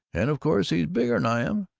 and of course he's bigger n i am,